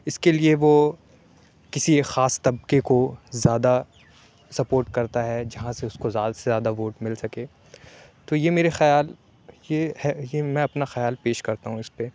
اِس کے لیے وہ کسی خاص طبکے کو زیادہ سپورٹ کرتا ہے جہاں سے اُس کو زیادہ سے زیادہ ووٹ مل سکے تو یہ میرے خیال یہ ہے یہ میں اپنا خیال پیش کرتا ہوں اِس پہ